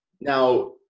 Now